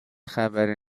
خبری